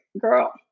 girl